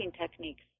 techniques